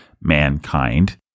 mankind